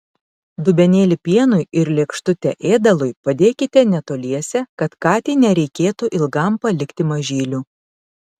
dubenėlį pienui ir lėkštutę ėdalui padėkite netoliese kad katei nereikėtų ilgam palikti mažylių